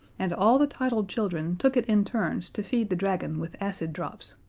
and all the titled children took it in turns to feed the dragon with acid drops,